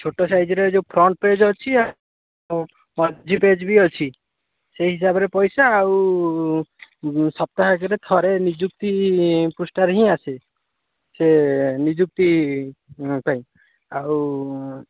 ଛୋଟ ସାଇଜ୍ର ଏ ଯେଉଁ ଫ୍ରଣ୍ଟ୍ ପେଜ୍ ଅଛି ଆଉ ମଝି ପେଜ୍ ବି ଅଛି ସେଇ ହିସାବରେ ପଇସା ଆଉ ସପ୍ତାହକରେ ଥରେ ନିଯୁକ୍ତି ପୃଷ୍ଠାରେ ହିଁ ଆସେ ସେ ନିଯୁକ୍ତି ପାଇଁ ଆଉ